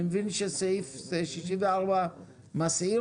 אני מבין שסעיף 64 מסעיר